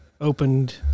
opened